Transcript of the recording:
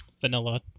vanilla